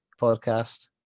podcast